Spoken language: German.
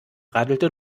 radelte